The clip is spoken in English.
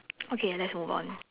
okay let's move on